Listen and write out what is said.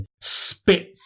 spit